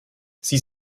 sie